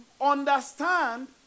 understand